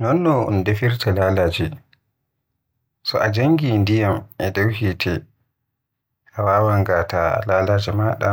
Non no defirta lalaje. So a jongi ndiyam e dow hite a wawan ngata lalaje maada